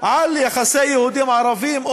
על יחסי יהודים ערבים,